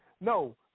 No